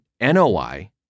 NOI